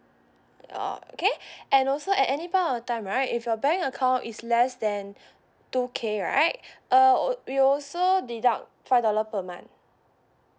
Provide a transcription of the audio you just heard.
uh K and also at any point of time right if your bank account is less than two K right uh we also deduct five dollar per month